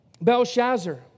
Belshazzar